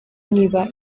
niba